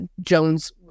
Jones